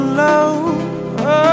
love